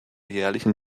jährlichen